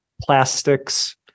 plastics